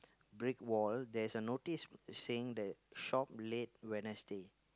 brick wall there's a notice showing that shop late Wednesday